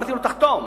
אמרתי לו: תחתום,